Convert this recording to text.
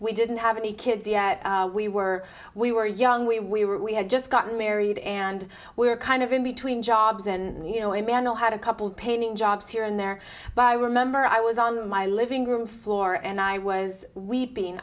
we didn't have any kids we were we were young we we were we had just gotten married and we were kind of in between jobs and you know emanuel had a couple painting jobs here and there but i remember i was on my living room floor and i was weeping